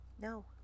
No